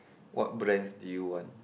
what brands do you want